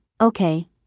okay